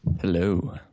Hello